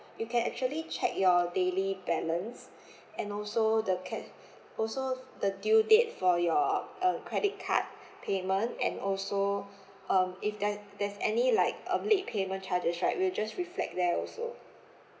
you can actually check your daily balance and also the cash also the due date for your uh credit card payment and also um if there there's any like um late payment charges right we will just reflect there also